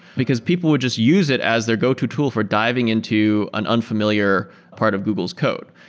because people would just use it as their go to tool for diving into an unfamiliar part of google's code.